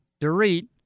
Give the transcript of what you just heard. Dorit